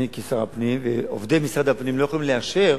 אני כשר הפנים ועובדי משרד הפנים לא יכולים לאשר